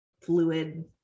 fluid